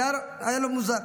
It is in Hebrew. זה היה לו מוזר.